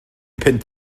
punt